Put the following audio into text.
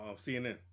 CNN